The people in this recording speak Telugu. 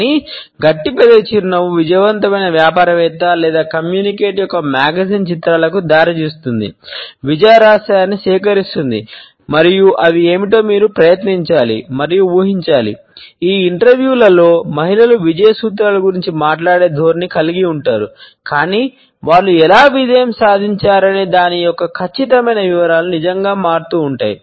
కానీ గట్టి పెదవి చిరునవ్వు విజయవంతమైన వ్యాపారవేత్త లేదా కమ్యూనికేట్ యొక్క మ్యాగజైన్ మహిళలు విజయ సూత్రాల గురించి మాట్లాడే ధోరణిని కలిగి ఉంటారు కాని వారు ఎలా విజయం సాధించారనే దాని యొక్క ఖచ్చితమైన వివరాలను నిజంగా మారుతూ ఉంటాయి